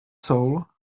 soul